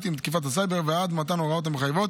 עם תקיפת הסייבר ועד מתן הוראות המחייבות